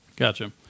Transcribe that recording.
Gotcha